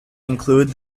include